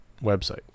website